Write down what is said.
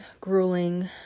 grueling